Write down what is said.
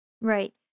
Right